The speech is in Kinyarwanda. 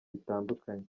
bitandukanye